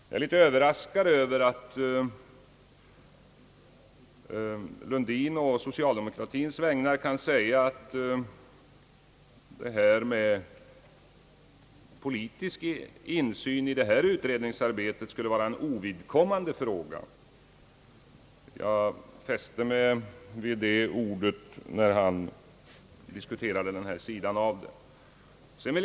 Jag är litet överraskad över att herr Lundin på socialdemokratins vägnar kan säga, att frågan om politisk insyn i detta utredningsarbete skulle vara ovidkommande; jag fäste mig vid detta ord när han diskuterade den sidan av saken.